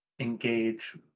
engage